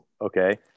okay